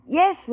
yes